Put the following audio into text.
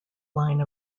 line